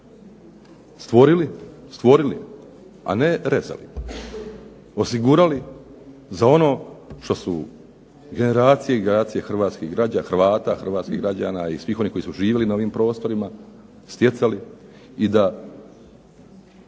stvorili, stvorili a ne rezali, osigurali za ono što su generacije i generacije hrvatskih građana, Hrvata i hrvatskih građana i svih onih koji su živjeli na ovim prostorima stjecali i da